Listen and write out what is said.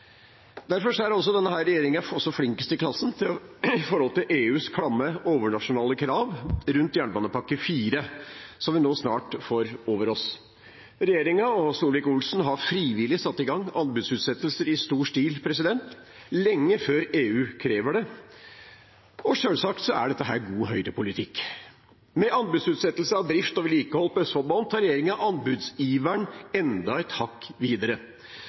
Derfor er denne regjeringen også flinkest i klassen når det gjelder EUs klamme overnasjonale krav rundt jernbanepakke IV, som vi nå snart får over oss. Regjeringen og Solvik-Olsen har frivillig satt i gang anbudsutsettelser i stor stil, lenge før EU krever det, og selvsagt er dette god høyrepolitikk. Med anbudsutsettelse av drift og vedlikehold på Østfoldbanen tar regjeringen anbudsiveren enda et hakk videre.